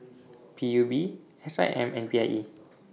P U B S I M and P I E